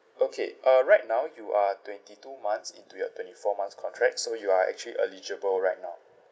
okay uh right now you are twenty two months into your twenty four months contract so you are actually eligible right now